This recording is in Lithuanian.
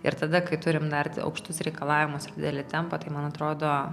ir tada kai turim dar aukštus reikalavimus ir didelį tempą tai man atrodo